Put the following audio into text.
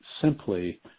simply